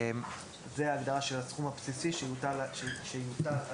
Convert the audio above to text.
זאת ההגדרה של הסכום הבסיסי שיוטל על